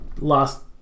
last